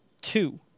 two